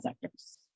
sectors